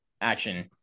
action